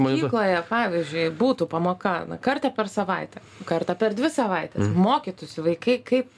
mokykloje pavyzdžiui būtų pamoka kartą per savaitę kartą per dvi savaites mokytųsi vaikai kaip